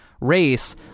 race